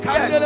Yes